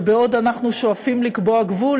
שבעוד אנחנו שואפים לקבוע גבול,